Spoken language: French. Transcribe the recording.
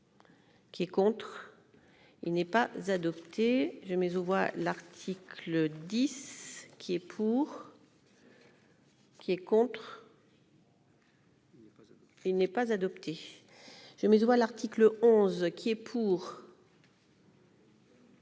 Qui est contre, il n'est pas adopté, je mais ou l'article 10 qui est pour. Ce qui est contre. Il n'est pas adopté, je me voix l'article 11 qui est pour.